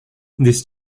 these